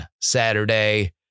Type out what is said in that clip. Saturday